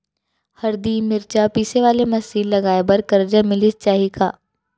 हरदी, मिरचा पीसे वाले मशीन लगाए बर करजा मिलिस जाही का?